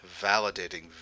validating